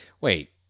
Wait